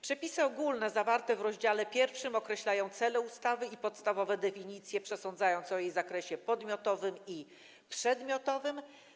Przepisy ogólne zawarte w rozdziale 1 określają cele ustawy i podstawowe definicje, przesądzając o jej zakresie podmiotowym i przedmiotowym.